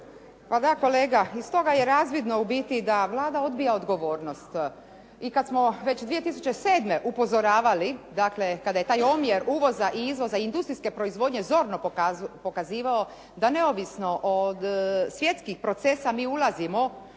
Pa da kolega iz toga je razvidno u biti da Vlada odbija odgovornost. I kada smo već 2007. upozoravali, dakle kada je taj omjer uvoza i izvoza i industrijske proizvodnje zorno pokazivao da neovisno od svjetskih procesa mi ulazimo